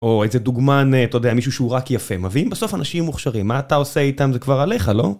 או איזה דוגמן, אתה יודע, מישהו שהוא רק יפה, מבין? בסוף אנשים מוכשרים, מה אתה עושה איתם זה כבר עליך, לא?